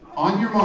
on your